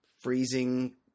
freezing